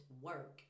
work